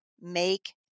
Make